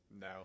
no